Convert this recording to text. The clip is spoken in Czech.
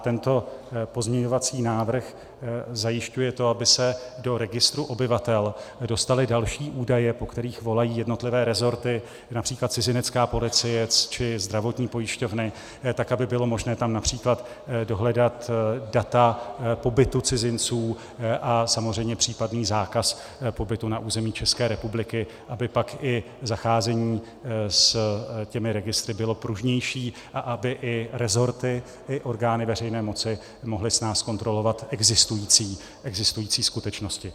Tento pozměňovací návrh zajišťuje to, aby se do registru obyvatel dostaly další údaje, po kterých volají jednotlivé resorty, např. cizinecká policie či zdravotní pojišťovny, tak aby bylo možné tam např. dohledat data pobytu cizinců a samozřejmě případný zákaz pobytu na území České republiky, aby pak i zacházení s těmi registry bylo pružnější a aby i resorty i orgány veřejné moci mohly snáz kontrolovat existující skutečnosti.